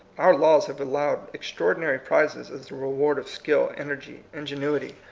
our laws have allowed extraordinary prizes as the reward of skill, energy, ingenuity,